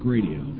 Radio